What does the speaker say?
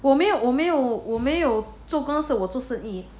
我没有我没有我没有做工是我做生意